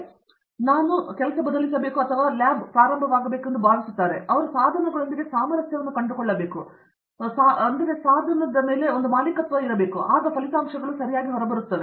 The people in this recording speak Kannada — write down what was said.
ಆದರೆ ನಾನು ಬದಲಿಸಬೇಕು ಮತ್ತು ಅವುಗಳು ಪ್ರಾರಂಭವಾಗಬೇಕು ಎಂದು ನಾನು ಭಾವಿಸುತ್ತೇನೆ ಅವರು ಸಾಧನಗಳೊಂದಿಗೆ ಸಾಮರಸ್ಯವನ್ನು ಕಂಡುಕೊಳ್ಳಬೇಕು ಆಗ ಫಲಿತಾಂಶಗಳು ಹೊರಬರುತ್ತವೆ